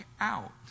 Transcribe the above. out